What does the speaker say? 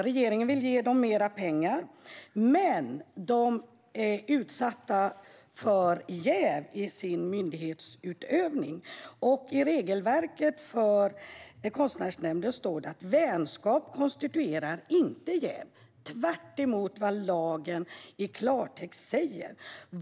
Regeringen vill ge dem mer pengar, men de är utsatta för jäv i sin myndighetsutövning. I regelverket för Konstnärsnämnden står det att vänskap inte konstituerar jäv, tvärtemot vad lagen i klartext säger.